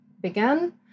began